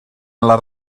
les